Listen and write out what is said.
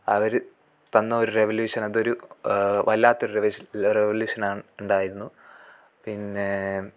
അവർ തന്ന ഒരു റെവലൂഷൻ അതൊരു വല്ലാത്തൊരു റെവലൂഷ് റെവലൂഷനാണ് ഉണ്ടായിരുന്നു പിന്നെ